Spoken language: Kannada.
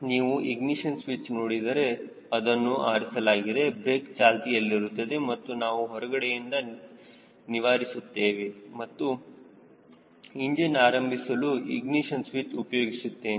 ನೀವು ಇಗ್ನಿಶನ್ ಸ್ವಿಚ್ ನೋಡಿದರೆ ಅದನ್ನು ಆರಿಸಲಾಗುತ್ತದೆ ಬ್ರೇಕ್ ಚಾಲ್ತಿಯಲ್ಲಿರುತ್ತದೆ ಮತ್ತು ನಾವು ಹೊರಗಡೆಯಿಂದ ನಿವಾರಿಸುತ್ತೇವೆ ಮತ್ತು ಇಂಜಿನ್ ಆರಂಭಿಸಲು ಇಗ್ನಿಶನ್ ಸ್ವಿಚ್ ಉಪಯೋಗಿಸುತ್ತೇನೆ